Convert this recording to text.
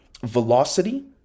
velocity